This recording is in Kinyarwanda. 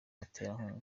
abaterankunga